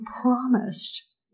promised